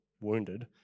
wounded